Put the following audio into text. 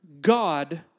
God